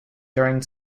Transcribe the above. during